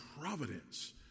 providence